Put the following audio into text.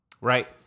Right